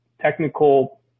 technical